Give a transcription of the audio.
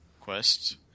Quest